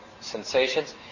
sensations